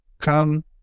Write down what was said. come